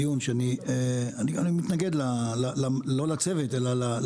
אני רוצה לומר בפתיחת הדיון אני מתנגד לא לצוות אבל לחקיקה.